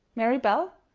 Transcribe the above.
mary belle?